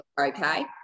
okay